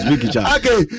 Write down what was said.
Okay